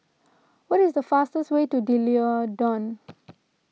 what is the fastest way to D'Leedon